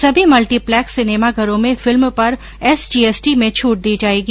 सभी मल्टीप्लेक्स सिनेमाघरों में फिल्म पर एसजीएसटी में छट दी जायेगी